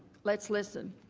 let's listen.